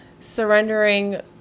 Surrendering